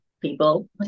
people